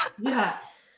Yes